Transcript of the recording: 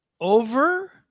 Over